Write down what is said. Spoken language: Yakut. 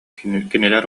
кинилэр